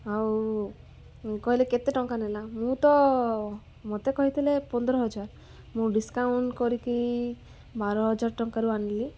ଆଉ କହିଲେ କେତେ ଟଙ୍କା ନେଲା ମୁଁ ତ ମୋତେ କହିଥିଲେ ପନ୍ଦର ହଜାର ମୁଁ ଡିସକାଉଣ୍ଟ୍ କରିକି ବାର ହଜାର ଟଙ୍କାରୁ ଆଣିଲି